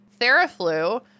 Theraflu